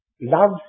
love